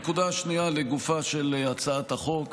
הנקודה השנייה היא לגופה של הצעת החוק.